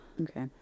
Okay